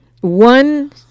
one